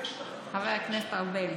חבר הכנסת ארבל,